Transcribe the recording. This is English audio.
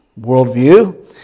worldview